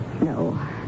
No